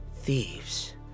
Thieves